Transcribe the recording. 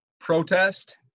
protest